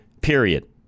period